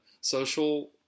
Social